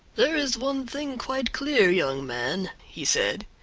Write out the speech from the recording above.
there is one thing quite clear, young man, he said,